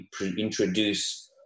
introduce